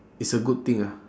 it's a good thing ah